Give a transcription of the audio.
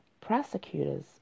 Prosecutors